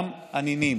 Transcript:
גם הנינים.